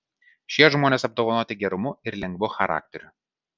šie žmonės apdovanoti gerumu ir lengvu charakteriu